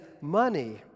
money